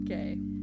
okay